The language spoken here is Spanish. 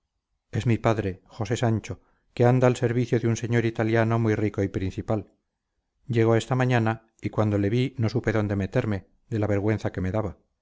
es mi padre josé sancho que anda al servicio de un señor italiano muy rico y principal llegó esta mañana y cuando le vi no supe dónde meterme de la vergüenza que me daba